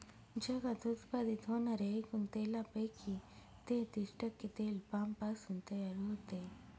जगात उत्पादित होणाऱ्या एकूण तेलापैकी तेहतीस टक्के तेल पामपासून तयार होते